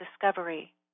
discovery